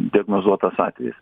diagnozuotas atvejis